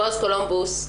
בועז קולמבוס,